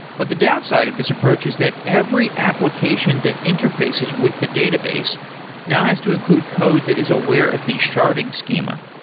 but the downside of this approach is that every application that interfaces with the databases now has to include code that is aware of the sharding schema.